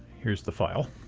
here's the file.